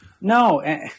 no